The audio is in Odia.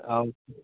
ଆଉ